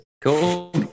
Cool